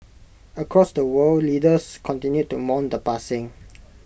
across the world leaders continued to mourn the passing